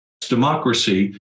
democracy